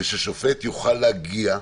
וששופט יוכל להגיע,